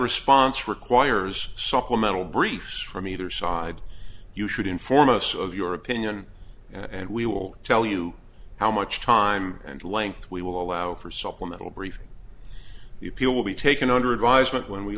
response requires supplemental briefs from either side you should inform us of your opinion and we will tell you how much time and length we will allow for supplemental brief the appeal will be taken under advisement when we